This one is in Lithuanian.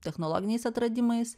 technologiniais atradimais